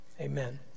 Amen